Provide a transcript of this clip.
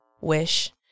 wish